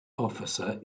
officer